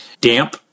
damp